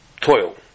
toil